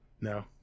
No